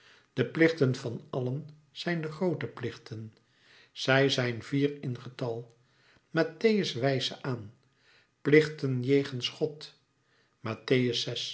de plichten van allen zijn de groote plichten zij zijn vier in getal mattheus wijst ze aan plichten jegens god